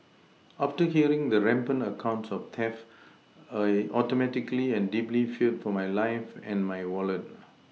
after hearing the rampant accounts of theft I Automatically and deeply feared for my life and my Wallet